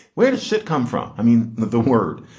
where does shit come from. i mean the word.